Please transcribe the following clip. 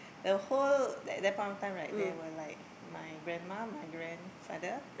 the whole like that point of time like there were like my grandma my grandfather